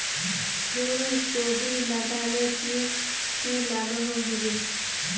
फूलकोबी लगाले की की लागोहो होबे?